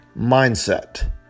mindset